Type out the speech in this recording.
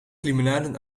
limonade